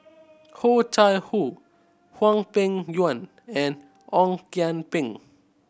Oh Chai Hoo Hwang Peng Yuan and Ong Kian Peng